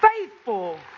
faithful